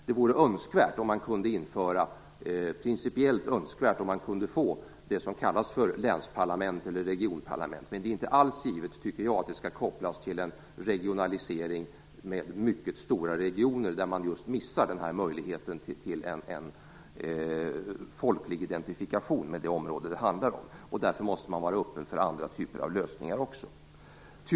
Det vore principiellt önskvärt om man kunde få det som kallas för länsparlament eller regionparlament, men jag tycker inte alls att det är givet att de skall kopplas till en regionalisering med mycket stora regioner, där man missar möjligheten till en folklig identifikation med det område som det handlar om. Därför måste man vara öppen också för andra typer av lösningar.